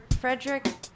Frederick